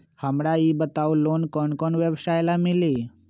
हमरा ई बताऊ लोन कौन कौन व्यवसाय ला मिली?